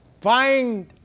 Find